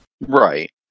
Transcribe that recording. Right